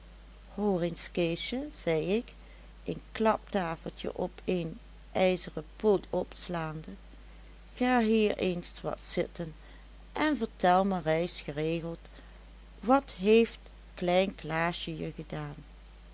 eens keesje zei ik een klaptafeltje op een ijzeren poot opslaande ga hier eens wat zitten en vertel me reis geregeld wat heeft klein klaasje je gedaan